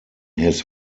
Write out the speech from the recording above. his